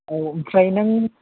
औ ओमफ्राय नों